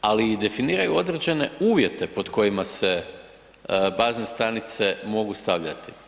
Ali i definiraju određene uvjete pod kojima se bazne stanice mogu stavljati.